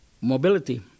mobility